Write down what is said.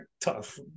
tough